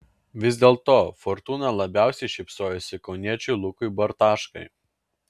vis dėlto fortūna labiausiai šypsojosi kauniečiui lukui bartaškai